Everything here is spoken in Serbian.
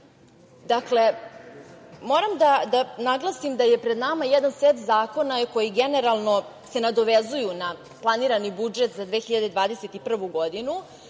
virusa. Dakle, moram da naglasim da je pred nama jedan set zakona koji se generalno nadovezuje na planirani budžet za 2021. godinu,